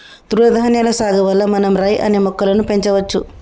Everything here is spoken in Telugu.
తృణధాన్యాల సాగు వల్ల మనం రై అనే మొక్కలను పెంచవచ్చు